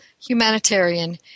Humanitarian